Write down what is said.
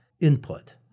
input